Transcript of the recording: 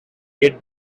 get